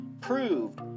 proved